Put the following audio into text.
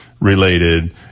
related